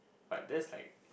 like that's like